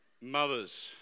Mothers